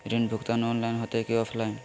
ऋण भुगतान ऑनलाइन होते की ऑफलाइन?